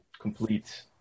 complete